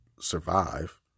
survive